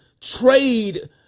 Trade